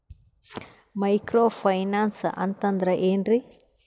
Micro finance ಅಂತಂದ್ರ ಏನ್ರೀ?